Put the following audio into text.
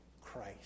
Christ